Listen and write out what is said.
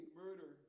murder